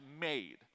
made